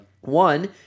One